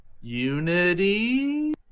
Unity